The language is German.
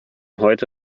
heute